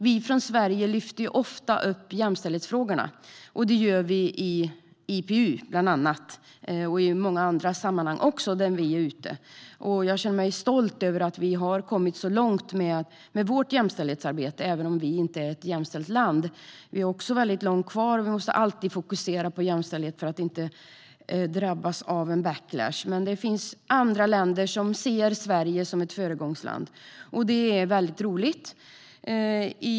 Vi från Sverige lyfter fram jämställdhetsfrågorna i IPU och i många andra sammanhang. Jag känner mig stolt över att vi har kommit så långt med vårt jämställdhetsarbete, även om vi inte är ett jämställt land. Vi har väldigt långt kvar och måste alltid fokusera på jämställdhet för att inte drabbas av en backlash. Men det finns andra länder som ser Sverige som ett föregångsland, vilket är väldigt roligt.